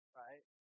right